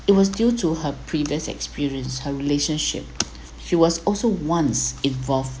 it was due to her previous experience her relationship she was also once involved